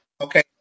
okay